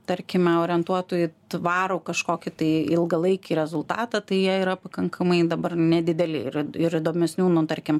tarkime orientuotų į tvarų kažkokį tai ilgalaikį rezultatą tai jie yra pakankamai dabar nedideli ir ir įdomesnių nu tarkim